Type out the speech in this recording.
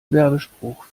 werbespruch